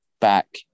back